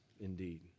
indeed